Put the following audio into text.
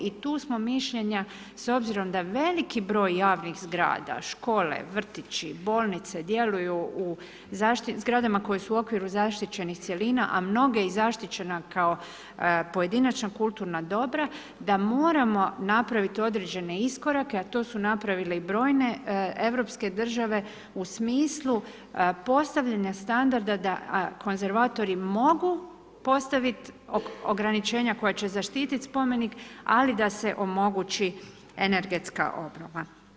I tu smo mišljenja s obzirom da veliki broj javnih zgrada, škole, vrtići, bolnice djeluju u zgradama koje su u okviru zaštićenih cjelina a mnoge i zaštićena kao pojedinačna kulturna dobra, da moramo napraviti određene iskorake a to su napravile i brojne europske države u smislu postavljanja standarda da konzervatori mogu postaviti ograničenja koja će zaštiti spomenik ali da se omogući energetska obnova.